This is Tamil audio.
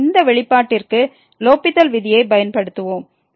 எனவே இந்த வெளிப்பாட்டிற்கு லோப்பித்தல் விதியைப் பயன்படுத்துவோம்